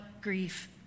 grief